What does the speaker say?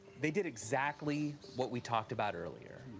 they did exactly what we talked about earlier.